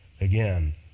Again